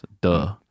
Duh